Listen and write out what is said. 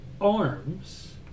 arms